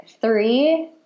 three